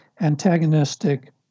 antagonistic